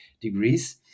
degrees